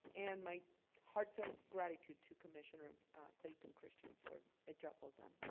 and my heartfelt gratitude to commissioner clayton christian for a job well done.